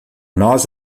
nós